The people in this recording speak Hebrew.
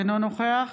אינו נוכח